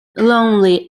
lonely